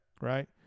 Right